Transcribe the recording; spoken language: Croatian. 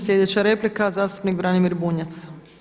Slijedeća replika zastupnik Branimir Bunjac.